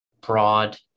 broad